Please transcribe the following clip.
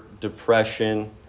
depression